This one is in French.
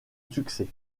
succès